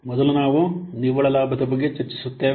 ಮೊದಲು ನಾವು ನಿವ್ವಳ ಲಾಭದ ಬಗ್ಗೆ ಚರ್ಚಿಸುತ್ತೇವೆ